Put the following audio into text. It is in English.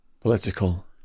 Political